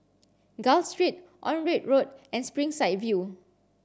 Gul Street Onraet Road and Springside View